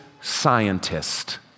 scientist